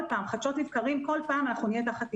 כל פעם, חדשות לבקרים אנחנו נהיה תחת איום.